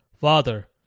Father